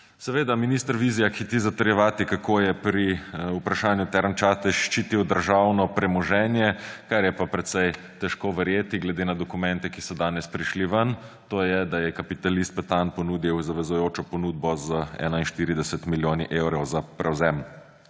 Seveda minister Vizjak hiti zatrjevati, kako je pri vprašanju Term Čatež ščitil državno premoženje, kar je pa precej težko verjeti glede na dokumente, ki so danes prišli ven, to je da je kapitalist Petan ponudil zavezujočo ponudbo z 41 milijoni evrov za prevzem